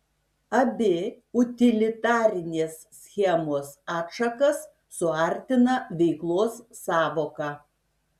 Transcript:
abi utilitarinės schemos atšakas suartina veiklos sąvoka